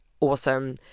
awesome